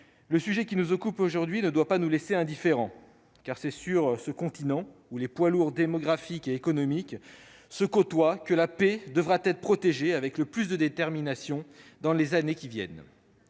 le sujet qui nous occupe aujourd'hui ne doit pas nous laisser indifférents. En effet, c'est sur ce continent où les poids lourds démographiques et économiques se côtoient que la paix devra être protégée avec le plus de détermination dans les années qui viennent.